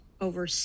over